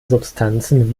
substanzen